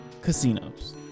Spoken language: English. Casinos